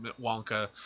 Wonka